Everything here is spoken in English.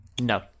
No